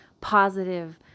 positive